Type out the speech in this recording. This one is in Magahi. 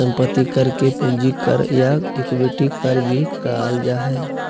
संपत्ति कर के पूंजी कर या इक्विटी कर भी कहल जा हइ